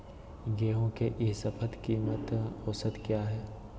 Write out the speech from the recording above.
गेंहू के ई शपथ कीमत औसत क्या है?